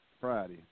Friday